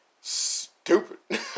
Stupid